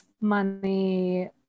money